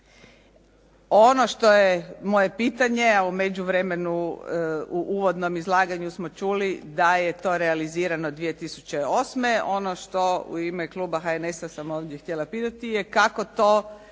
Ono što je moje pitanje a u međuvremenu u uvodnom izlaganju smo čuli da je to realizirano 2008. Ono što u ime kluba HNS-a sam htjela ovdje pitati je kako to